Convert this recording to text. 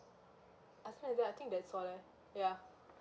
I swear to god I think that's all lah ya